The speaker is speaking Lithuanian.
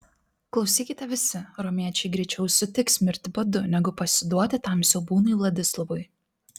klausykite visi romiečiai greičiau sutiks mirti badu negu pasiduoti tam siaubūnui vladislovui